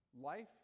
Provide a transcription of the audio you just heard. Life